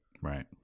Right